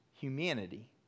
humanity